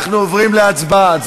אנחנו עוברים להצבעה.